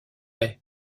est